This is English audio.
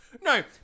No